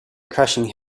crushing